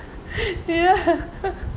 ya